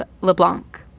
leblanc